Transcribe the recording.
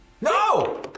No